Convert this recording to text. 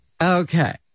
Okay